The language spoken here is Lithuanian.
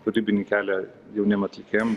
kūrybinį kelią jauniem atlikėjam